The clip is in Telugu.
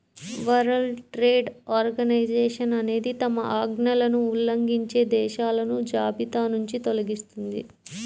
వరల్డ్ ట్రేడ్ ఆర్గనైజేషన్ అనేది తమ ఆజ్ఞలను ఉల్లంఘించే దేశాలను జాబితానుంచి తొలగిస్తుంది